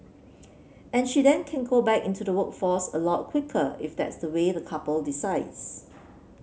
and she then can go back into the workforce a lot quicker if that's the way the couple decides